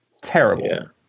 Terrible